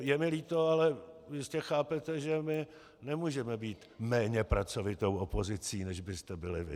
Je mi líto, ale jistě chápete, že my nemůžeme být méně pracovitou opozicí, než byste byli vy.